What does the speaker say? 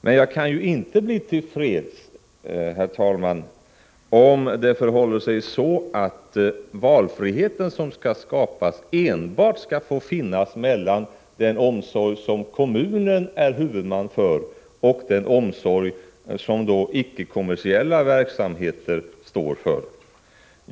Jag kan emellertid inte bli till freds om det förhåller sig så, att valfriheten som skall skapas enbart skall få finnas mellan den omsorg som kommunen är huvudman för och den omsorg som icke-kommersiella verksamheter står för.